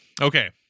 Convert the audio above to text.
Okay